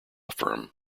firm